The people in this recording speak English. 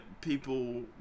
people